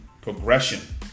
progression